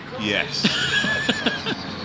Yes